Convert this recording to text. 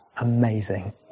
amazing